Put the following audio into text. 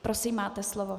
Prosím, máte slovo.